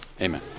Amen